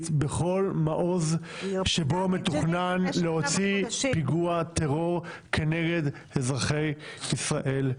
בכל מעוז שבו מתוכנן להוציא פיגוע טרור כנגד אזרחי ישראל.